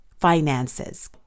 Finances